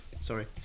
sorry